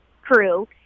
crew